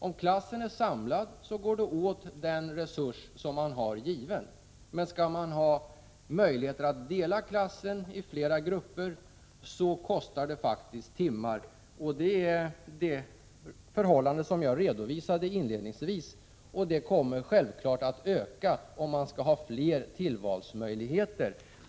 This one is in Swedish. Om klassen är samlad går den resurs man är given åt, men skall man dela klassen i flera grupper kostar det faktiskt timmar. Det var detta förhållande jag redovisade inledningsvis. Kostnaden kommer självfallet att öka om man skall ha fler tillvalsmöjligheter.